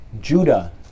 Judah